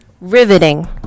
riveting